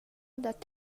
dat